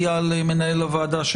איל מנהל הוועדה,